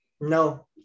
No